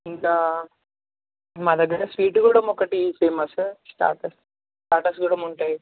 ఇంకా మా దగ్గర స్వీట్ కూడా ఒకటి ఫేమస్ స్టాటస్ స్టాటస్ కూడా ఉంటాయి